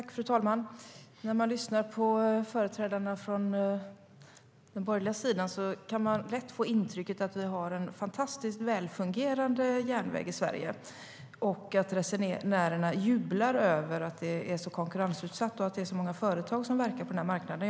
Fru talman! När man lyssnar på företrädarna från den borgerliga sidan kan man lätt få intrycket att vi har en fantastiskt välfungerande järnväg i Sverige och att resenärerna jublar över att det är så konkurrensutsatt och så många företag som verkar på marknaden.